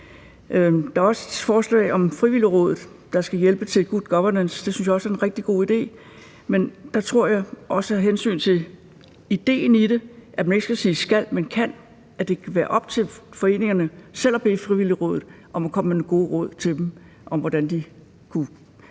Der er også et forslag om Frivilligrådet, der skal hjælpe til good governance. Det synes jeg også er en rigtig god idé. Men der tror jeg også af hensyn til idéen i det, at man ikke skal sige skal, men kan, altså at det kan være op til foreningerne selv at bede Frivilligrådet om at komme med nogle gode råd til dem om, hvordan de kunne